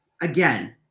again